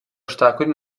ostacoli